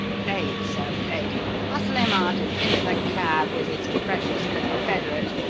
played, sir, played! hustle him out and into the cab, with his precious confederate,